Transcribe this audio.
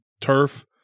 turf